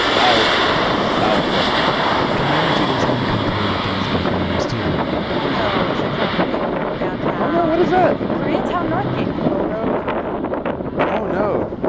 south south berkeley kamau feels uncomfortable with these acronames, too kono, which they're trying to make downtown kono? what is that? koreatown northgate kono? kono oh no!